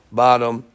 bottom